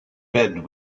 bed